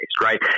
right